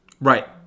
Right